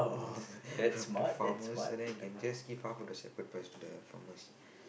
from the farmers and then you can just keep far from the separate place to the farmers